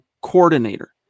coordinator